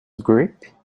grip